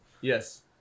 Yes